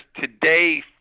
today